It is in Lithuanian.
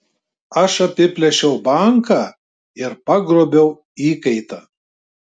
aš apiplėšiau banką ir pagrobiau įkaitą